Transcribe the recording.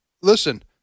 listen